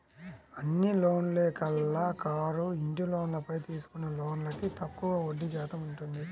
అన్ని లోన్లలోకెల్లా కారు, ఇంటి లోన్లపై తీసుకునే లోన్లకు తక్కువగా వడ్డీ శాతం ఉంటుంది